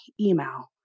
email